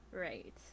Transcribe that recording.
right